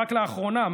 רק לאחרונה,